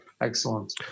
Excellent